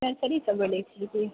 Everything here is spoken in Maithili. नरसरी से बोलै छियै की